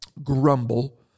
Grumble